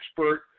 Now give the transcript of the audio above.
expert